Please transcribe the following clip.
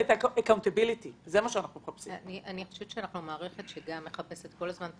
אני חושבת שאנחנו מערכת שמחפשת כל הזמן את